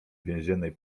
więziennej